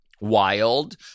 wild